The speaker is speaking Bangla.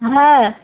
হ্যাঁ